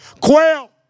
Quail